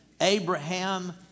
Abraham